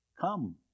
Come